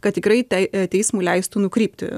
kad tikrai tai teismui leistų nukrypti